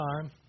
time